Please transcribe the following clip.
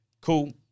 cool